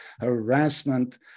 harassment